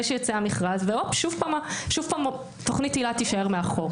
שיצא המכרז ושוב פעם תוכנית היל"ה תישאר מאחור.